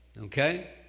okay